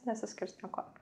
nesiskirs niekuo